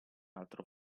altro